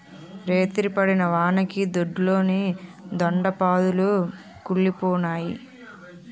రేతిరి పడిన వానకి దొడ్లోని దొండ పాదులు కుల్లిపోనాయి